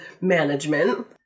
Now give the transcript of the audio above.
management